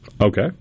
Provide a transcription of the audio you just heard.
Okay